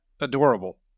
adorable